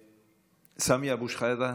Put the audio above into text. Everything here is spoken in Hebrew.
סמי אבו שחאדה,